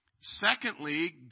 Secondly